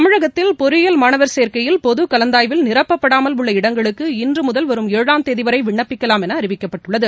தமிழகத்தில் பொறியியல் மாணவர் சேர்க்கையில் பொது கலந்தாய்வில் நிரப்பப்படாமல் உள்ள இடங்களுக்கு இன்று முதல் வரும் ஏழாம் தேதி வரை விண்ணப்பிக்கலாம் என அறிவிக்கப்பட்டுள்ளது